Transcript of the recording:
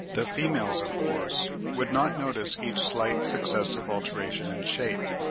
the females, of course, would not notice each slight successive alteration in shape,